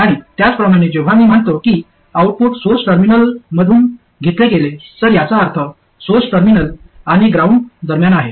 आणि त्याचप्रमाणे जेव्हा मी म्हणतो की आउटपुट सोर्स टर्मिनल मधून घेतले गेले तर याचा अर्थ सोर्स टर्मिनल आणि ग्राउंड दरम्यान आहे